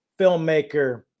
filmmaker